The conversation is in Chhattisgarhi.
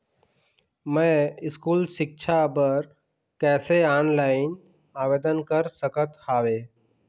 मैं स्कूल सिक्छा बर कैसे ऑनलाइन आवेदन कर सकत हावे?